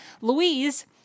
Louise